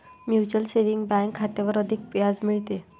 mutual saving bank खात्यावर अधिक व्याज मिळते